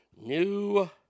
New